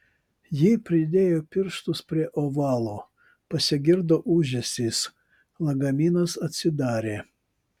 ji pridėjo pirštus prie ovalo pasigirdo ūžesys lagaminas atsidarė